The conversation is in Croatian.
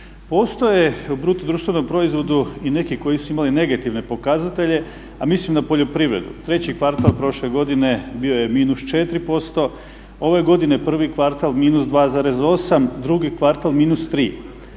Postoje u bruto društvenom proizvodu i neki koji su imali i negativne pokazatelje, a mislim na poljoprivredu. Treći kvartal prošle godine bio je -4%. Ove godine prvi kvartal -2,8, drugi kvartal -3.